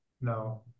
No